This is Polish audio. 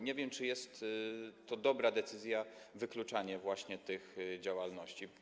Nie wiem, czy jest to dobra decyzja wykluczanie właśnie tych działalności.